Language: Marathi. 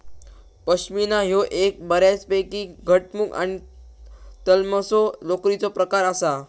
पश्मीना ह्यो एक बऱ्यापैकी घटमुट आणि तलमसो लोकरीचो प्रकार आसा